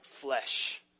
flesh